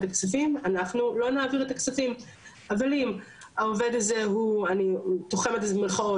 אבל אם העובד הזה "סתם שוהה בלתי חוקי בישראל"